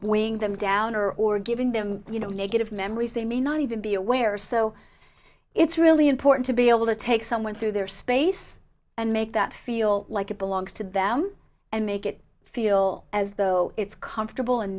weighing them down or or giving them you know negative memories they may not even be aware so it's really important to be able to take someone through their space and make that feel like it belongs to them and make it feel as though it's comfortable